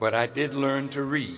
but i did learn to read